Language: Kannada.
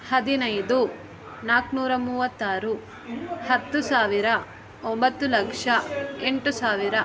ಹದಿನೈದು ನಾಲ್ಕುನೂರ ಮೂವತ್ತಾರು ಹತ್ತುಸಾವಿರ ಒಂಬತ್ತು ಲಕ್ಷ ಎಂಟು ಸಾವಿರ